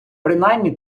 принаймні